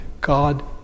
God